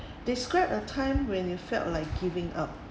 describe a time when you felt like giving up